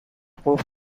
قفل